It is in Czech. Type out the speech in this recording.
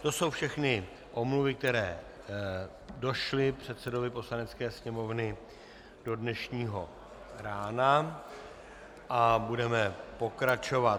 To jsou všechny omluvy, které došly předsedovi Poslanecké sněmovny do dnešního rána, a budeme pokračovat.